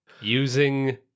using